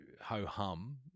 ho-hum